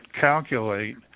calculate